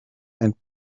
and